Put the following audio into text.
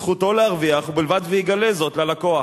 זכותו להרוויח, ובלבד ויגלה זאת ללקוח.